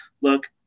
look